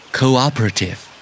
cooperative